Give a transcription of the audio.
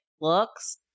looks